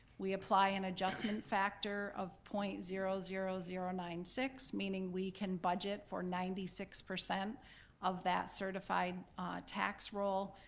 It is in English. we apply an adjustment factor of point zero zero zero nine six, meaning we can budget for ninety six percent of that certified tax roll